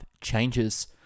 changes